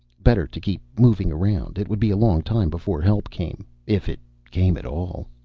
better to keep moving around. it would be a long time before help came if it came at all.